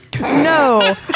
No